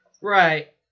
Right